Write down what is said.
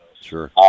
Sure